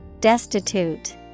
Destitute